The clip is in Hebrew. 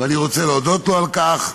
ואני רוצה להודות לו על כך.